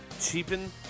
cheapen